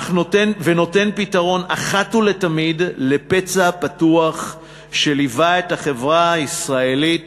ונותן פתרון אחת ולתמיד לפצע פתוח שליווה את החברה הישראלית